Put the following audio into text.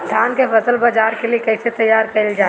धान के फसल बाजार के लिए कईसे तैयार कइल जाए?